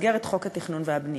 במסגרת חוק התכנון והבנייה.